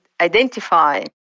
identify